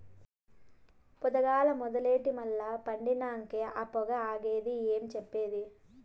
పొద్దుగాల మొదలెట్టి మల్ల పండినంకే ఆ పొగ ఆగేది ఏం చెప్పేది